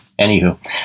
Anywho